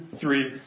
three